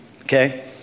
okay